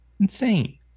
Insane